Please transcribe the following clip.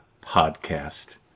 podcast